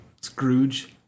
Scrooge